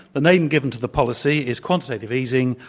the name given to the policy is quantitative easing,